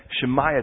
Shemaiah